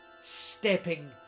stepping